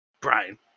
Brian